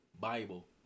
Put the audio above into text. Bible